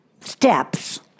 steps